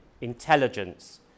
intelligence